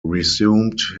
resumed